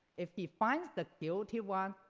if he finds the guilty one,